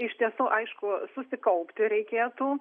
iš tiesų aišku susikaupti reikėtų